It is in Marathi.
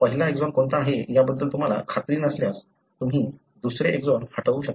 पहिला एक्सॉन कोणता आहे याबद्दल तुम्हाला खात्री नसल्यास तुम्ही दुसरे एक्सॉन हटवू शकता